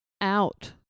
out